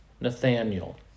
Nathaniel